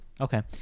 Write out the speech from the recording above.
Okay